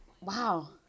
Wow